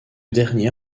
dernier